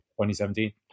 2017